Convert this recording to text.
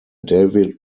david